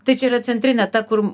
tai čia yra centrinė ta kur